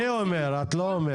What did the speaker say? אני אומר, את לא אומרת.